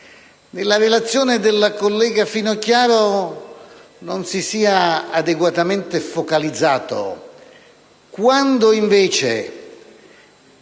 nella relazione della collega Finocchiaro non si sia adeguatamente focalizzato quando invece